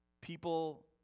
people